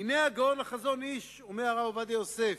"הנה הגאון החזון אי"ש", אומר הרב עובדיה יוסף,